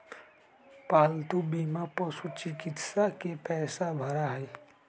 पालतू बीमा पशुचिकित्सा के पैसा भरा हई